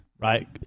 Right